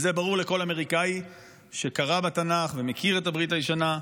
זה ברור לכל אמריקאי שקרא בתנ"ך ומכיר את הברית הישנה.